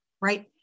Right